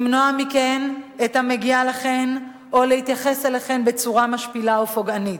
למנוע מכן את המגיע לכן או להתייחס בצורה משפילה ופוגענית.